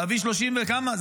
להביא 30 וכמה,